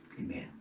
Amen